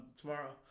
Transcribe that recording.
tomorrow